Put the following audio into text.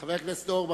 חבר הכנסת והבה,